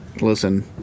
Listen